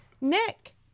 Nick